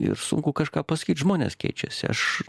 ir sunku kažką pasakyt žmonės keičiasi aš